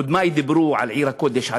קודמי דיברו על עיר הקודש,